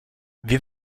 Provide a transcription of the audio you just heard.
wir